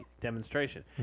demonstration